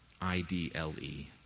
I-D-L-E